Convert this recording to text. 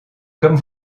comme